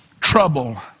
Trouble